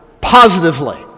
positively